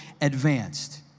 advanced